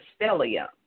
stellium